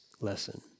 lesson